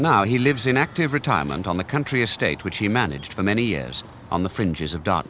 now he lives in active retirement on the country estate which he managed for many years on the fringes of do